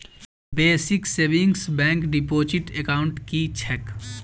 Basic savings bank deposit account की छैक?